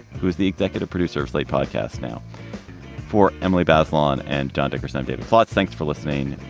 who is the executive producer of slate podcasts. now for emily bazelon and john dickerson. david plotz, thanks for listening.